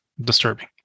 disturbing